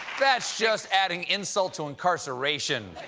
that's just adding insult to incarceration.